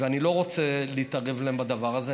ואני לא רוצה להתערב להם בדבר הזה.